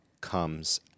comes